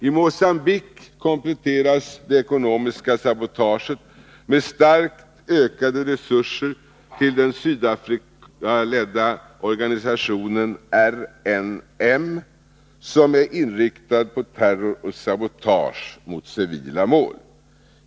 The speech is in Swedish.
I Mogambique kompletteras det ekonomiska sabotaget med starkt ökade resurser till den Sydafrikaledda organisationen RNM som är inriktad på terror och sabotage mot civila mål.